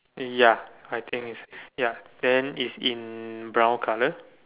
ya I think is ya then is in brown colour